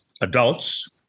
adults